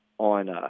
On